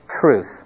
truth